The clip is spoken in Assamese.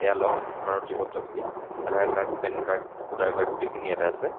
এয়া লওক আপোনাৰ নথি পত্ৰখিনি Aadhaar card PAN card voter card গোটেইখিনি ইয়াতে আছে